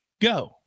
go